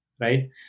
right